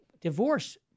divorce